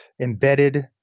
embedded